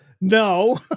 no